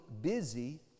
busy